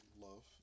love